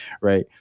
right